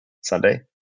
Sunday